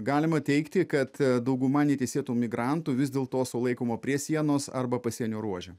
galima teigti kad dauguma neteisėtų migrantų vis dėl to sulaikoma prie sienos arba pasienio ruože